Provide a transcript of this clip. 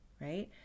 right